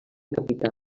capità